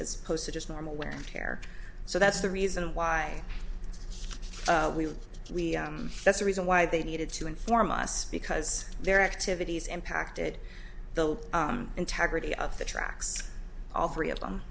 as opposed to just normal wear and tear so that's the reason why we we that's the reason why they needed to inform us because their activities impacted the integrity of the tracks all three of them